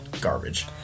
Garbage